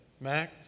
Mac